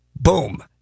boom